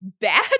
bad